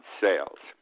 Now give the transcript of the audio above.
sales